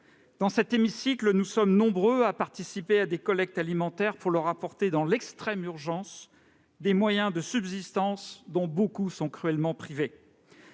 Dans cet hémicycle, nous sommes nombreux à participer à des collectes alimentaires pour leur apporter, dans l'extrême urgence, des moyens de subsistance dont beaucoup sont cruellement privés.